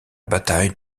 bataille